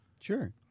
Sure